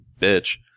bitch